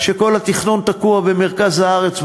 לכך שכל התכנון תקוע במרכז הארץ,